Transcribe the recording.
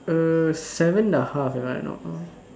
err seven and a half if I'm not wrong